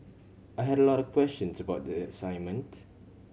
I had a lot of questions about the assignment